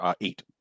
eight